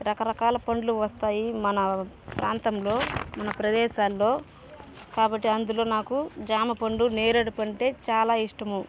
రకరకాల పండ్లు వస్తాయి మన ప్రాంతంలో మన ప్రదేశాల్లో కాబట్టి అందులో నాకు జామ పండు నేరేడు పంటే చాలా ఇష్టము